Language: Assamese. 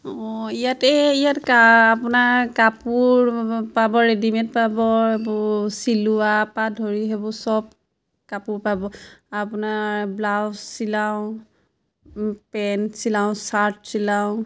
অঁ ইয়াতে ইয়াত আপোনাৰ কাপোৰ পাব ৰেডিমেড পাব এইবোৰ চিলোৱা পা ধৰি সেইবোৰ চব কাপোৰ পাব আপোনাৰ ব্লাউজ চিলাওঁ পেণ্ট চিলাওঁ চাৰ্ট চিলাওঁ